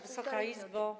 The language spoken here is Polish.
Wysoka Izbo!